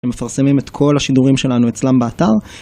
מפרסמים את כל השידורים שלנו אצלם באתר.